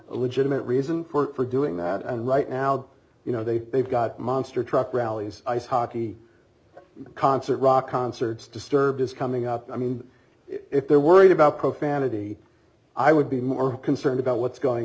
a legitimate reason for doing that and right now you know they they've got monster truck rallies ice hockey concert rock concerts disturbed is coming up i mean if they're worried about profanity i would be more concerned about what's going